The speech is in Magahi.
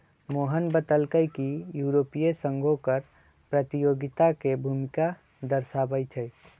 मोहन बतलकई कि यूरोपीय संघो कर प्रतियोगिता के भूमिका दर्शावाई छई